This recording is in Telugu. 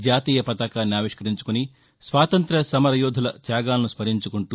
జాతీయ పతాకాన్ని ఆవిష్కరించుకుని స్వాతంత్ర్య సమర యోధుల త్యాగాలను స్నరించుకుంటూ